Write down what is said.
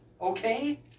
Okay